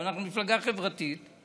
אבל אנחנו מפלגה חברתית,